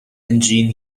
engine